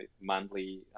monthly